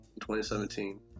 2017